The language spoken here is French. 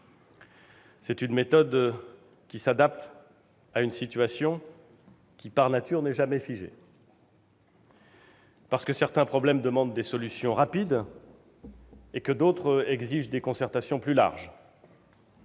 C'est une méthode qui s'adapte à une situation qui, par nature, n'est jamais figée ; parce que certains problèmes demandent des solutions rapides et que d'autres exigent des concertations plus larges.